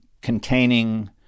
containing